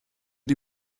die